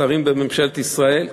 שרים בממשלת ישראל,